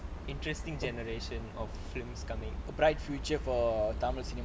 interesting generation of films coming a bright future for tamil cinema ya because nowadays